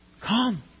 Come